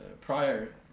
prior